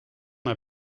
n’a